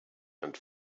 and